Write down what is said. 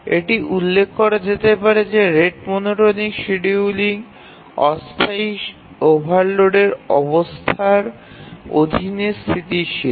এটি উল্লেখ করা যেতে পারে যে রেট মনোটনিক শিড্যুলিং অস্থায়ী ওভারলোডের অবস্থার অধীনে স্থিতিশীল